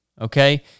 okay